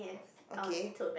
okay